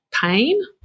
pain